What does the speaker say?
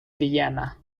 vienna